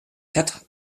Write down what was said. quatre